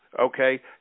okay